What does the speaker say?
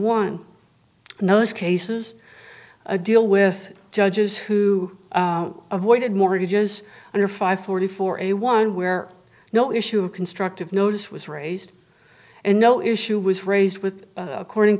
and those cases a deal with judges who avoided mortgages under five forty four a one where no issue of constructive notice was raised and no issue was raised with according